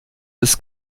des